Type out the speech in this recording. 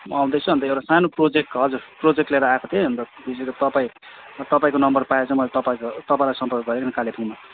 अन्त एउटा सानो प्रोजेक्ट हजुर प्रोजेक्ट लिएर आएको थिएँ अन्त यसरी तपाईँ तपाईँको नम्बर पाएर चाहिँ मैले तपाईँको तपाईँलाई सम्पर्क गरेको नि कालेबुङमा